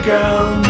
girl